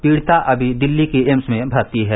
पीड़िता अभी दिल्ली के एम्स में भर्ती है